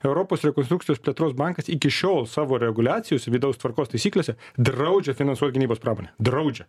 europos rekonstrukcijos plėtros bankas iki šiol savo reguliacijos vidaus tvarkos taisyklėse draudžia finansuot gynybos pramonę draudžia